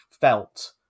felt